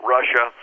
Russia